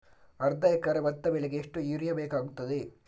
ಅರ್ಧ ಎಕರೆ ಭತ್ತ ಬೆಳೆಗೆ ಎಷ್ಟು ಯೂರಿಯಾ ಬೇಕಾಗುತ್ತದೆ?